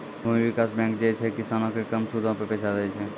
भूमि विकास बैंक जे छै, किसानो के कम सूदो पे पैसा दै छे